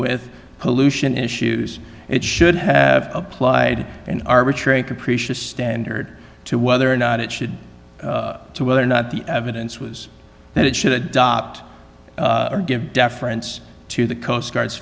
with pollution issues it should have applied an arbitrary capricious standard to whether or not it should to whether or not the evidence was that it should adopt or give deference to the coastguards